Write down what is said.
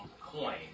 coin